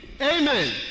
amen